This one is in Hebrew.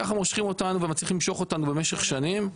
ככה מושכים אותנו מצליחים למשוך אותנו במשך שנים.